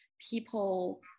people